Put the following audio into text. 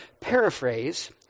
paraphrase